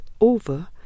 over